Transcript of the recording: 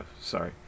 sorry